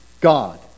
God